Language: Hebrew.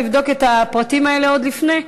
יכולת לבדוק את הפרטים האלה עוד לפני.